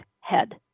head